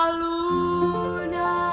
luna